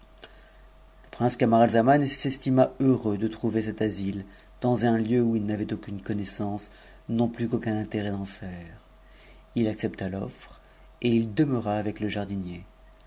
le prince camaralzaman s'estima heureux de trouver cet asile dans m icu où il n'avait aucune connaissance non plus qu'aucun intérêt d'en h f accepta l'offre et il demeura avec le jardinier